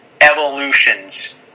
Evolutions